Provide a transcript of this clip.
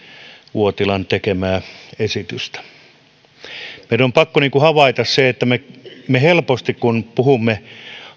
uotilan tekemää esitystä meidän on pakko havaita se että helposti kun puhumme